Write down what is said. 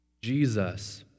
Jesus